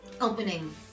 opening